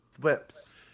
whips